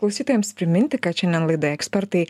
klausytojams priminti kad šiandien laida ekspertai